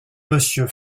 monsieur